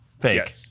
Fake